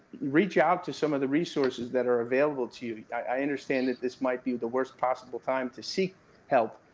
reach out to some of the resources that are available to you. i understand that this might be the worst possible time to seek help,